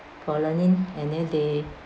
for learning and then they